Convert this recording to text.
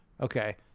okay